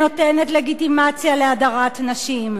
שנותנת לגיטימציה להדרת נשים.